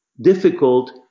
difficult